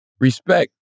Respect